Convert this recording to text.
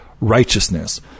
righteousness